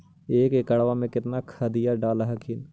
एक एकड़बा मे कितना खदिया डाल हखिन?